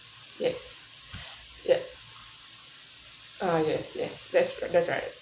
yes yup uh yes yes that's that's right